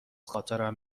خاطرم